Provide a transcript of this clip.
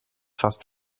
fast